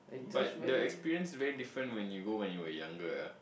but the experience very different when you go when you were younger ah